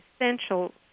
essential